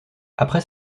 après